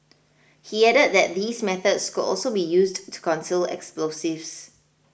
he added that these methods could also be used to conceal explosives